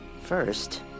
First